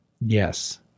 Yes